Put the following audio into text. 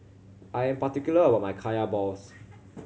I am particular about my Kaya balls